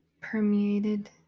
permeated